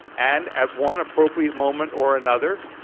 and at one appropriate moment or another,